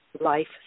life